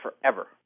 forever